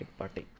party